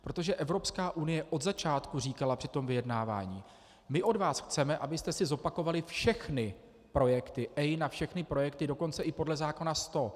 Protože Evropská unie od začátku říkala při tom vyjednávání: My od vás chceme, abyste si zopakovali všechny projekty EIA na všechny projekty dokonce i podle zákona 100.